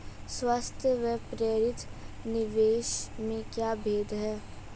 स्वायत्त व प्रेरित निवेश में क्या भेद है?